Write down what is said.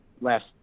last